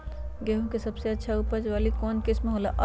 गेंहू के सबसे अच्छा उपज वाली कौन किस्म हो ला?